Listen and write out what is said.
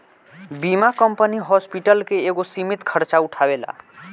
बीमा company hospital के एगो सीमित खर्चा उठावेला